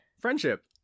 Friendship